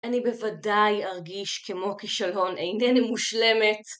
אני בוודאי ארגיש כמו כישלון, אינני מושלמת.